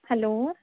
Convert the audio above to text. hello